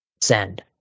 Send